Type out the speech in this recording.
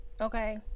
okay